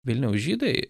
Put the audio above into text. vilniaus žydai